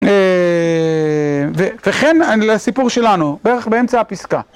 וכן לסיפור שלנו, בערך באמצע הפסקה.